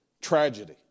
tragedy